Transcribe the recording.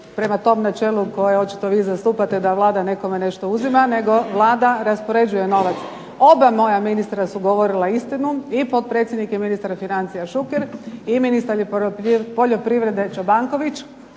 prema tom načelu koje očito vi zastupate da Vlada nekome nešto uzima nego Vlada raspoređuje novac. Oba moja ministra su govorila istinu, i potpredsjednik i ministar financija Šuker i ministar poljoprivrede Čobanković.